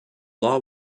law